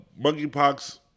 Monkeypox